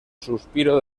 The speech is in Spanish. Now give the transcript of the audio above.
suspiro